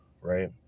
right